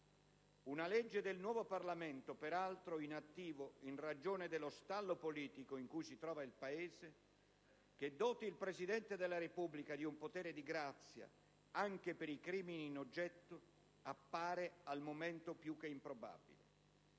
Una legge del nuovo Parlamento, peraltro inattivo in ragione dello stallo politico in cui si trova il Paese, che doti il Presidente della Repubblica di un potere di grazia anche per i crimini in oggetto appare al momento più che improbabile.